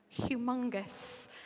humongous